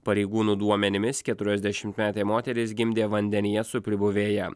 pareigūnų duomenimis keturiasdešimtmetė moteris gimdė vandenyje su pribuvėja